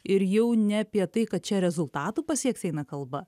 ir jau ne apie tai kad čia rezultatų pasieks eina kalba